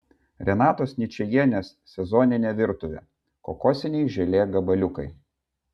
renatos ničajienės sezoninė virtuvė kokosiniai želė gabaliukai